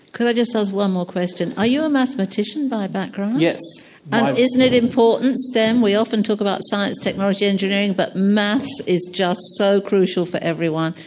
could i just ask one more question are you a mathematician by background? yes. and isn't it important, stem, we often talk about science, technology, engineering, but maths is just so crucial for everyone,